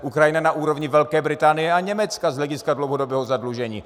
Ukrajina je na úrovni Velké Británie a Německa z hlediska dlouhodobého zadlužení.